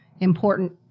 important